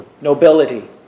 nobility